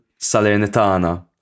Salernitana